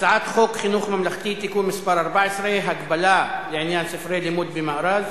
הצעת חוק חינוך ממלכתי (תיקון מס' 14) (הגבלה לעניין ספרי לימוד במארז),